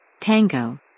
Tango